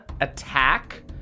attack